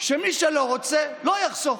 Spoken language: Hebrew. מי שלא רוצה לא יחסוך,